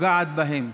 פוגעת בהם,